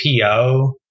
PO